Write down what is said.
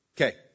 Okay